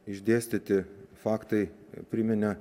išdėstyti faktai priminė